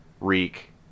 Reek